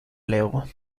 lego